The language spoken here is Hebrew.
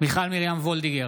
מיכל מרים וולדיגר,